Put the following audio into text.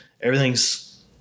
everything's